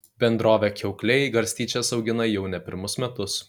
bendrovė kiaukliai garstyčias augina jau ne pirmus metus